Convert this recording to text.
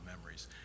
memories